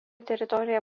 teritorija